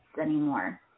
anymore